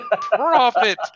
Profit